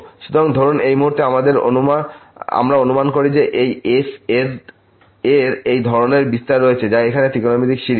সুতরাং ধরুন এই মুহুর্তে আমরা অনুমান করি যে এই f এর এই ধরনের বিস্তার রয়েছে যা এখানে ত্রিকোণমিতিক সিরিজ